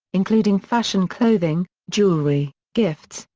including fashion clothing, jewellery, gifts,